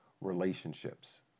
relationships